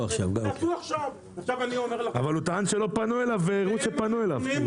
עכשיו אני אומר לכם --- אבל הוא טען שלא פנו אליו והראו שפנו אליו.